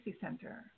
Center